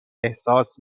احساس